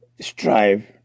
strive